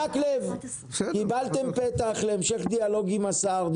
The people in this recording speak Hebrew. מקלב, קיבלתם פתח להמשך דיאלוג עם השר.